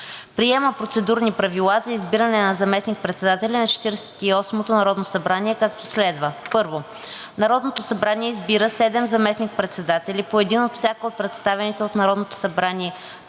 Приема процедурни правила за избиране на заместник-председатели на Четиридесет и осмото народно събрание, както следва: 1. Народното събрание избира седем заместник-председатели – по един от всяка от представените в Народното събрание